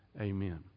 Amen